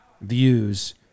views